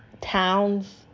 towns